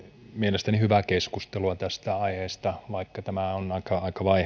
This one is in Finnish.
mielestäni hyvästä keskustelusta tästä aiheesta vaikka tämä on aika